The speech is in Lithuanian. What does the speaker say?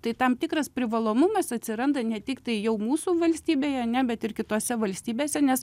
tai tam tikras privalomumas atsiranda ne tik tai jau mūsų valstybėje ane bet ir kitose valstybėse nes